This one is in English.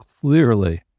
clearly